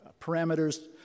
parameters